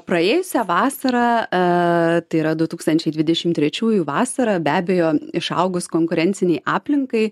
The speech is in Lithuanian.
praėjusią vasarą e tai yra du tūkstančiai dvidešimt trečiųjų vasarą be abejo išaugus konkurencinei aplinkai